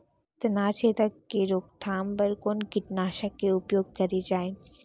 तनाछेदक के रोकथाम बर कोन कीटनाशक के उपयोग करे जाये?